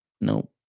Nope